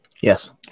Yes